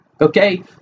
Okay